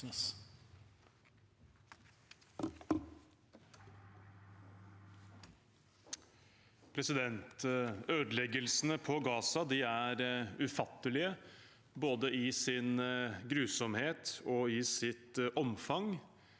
Ødeleggelsene i Gaza er ufattelige, både i sin grusomhet og i sitt omfang.